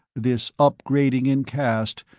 this upgrading in caste,